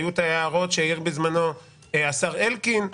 היו את ההערות שהעיר בזמנו השר אלקין.